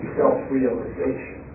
self-realization